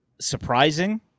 surprising